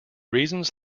reasons